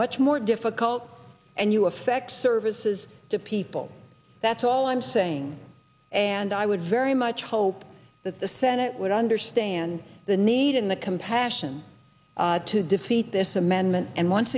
much more difficult and you affect services to people that's all i'm saying and i would very much hope that the senate would understand the need and the compassion to defeat this amendment and once